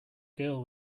girl